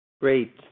Great